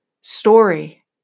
story